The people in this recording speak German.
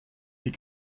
die